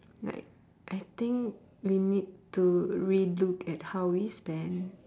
like I think we need to relook at how we spend